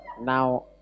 Now